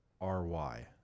R-Y